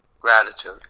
Gratitude